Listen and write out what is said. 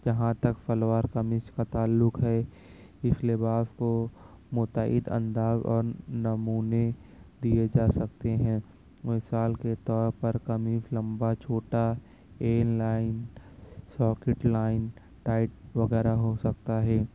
یہاں تک شلوار اور قمیص کا تعلق ہے اس لباس کو متعید انداز اور نمونے دیے جا سکتے ہیں مثال کے طور پر قمیص لمبا چھوٹا ایل لائن ساکٹ لائن ٹائٹ وغیرہ ہوسکتا ہے